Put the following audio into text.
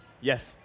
Yes